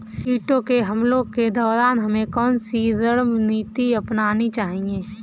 कीटों के हमलों के दौरान हमें कौन सी रणनीति अपनानी चाहिए?